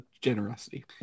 generosity